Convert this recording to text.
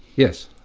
yes.